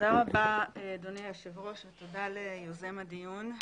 תודה רבה אדוני היושב ראש, ותודה ליוזם הדיון.